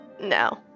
No